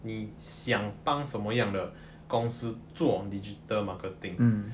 你想帮什么样的公司做 digital marketing